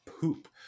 poop